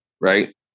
right